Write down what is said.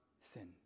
sin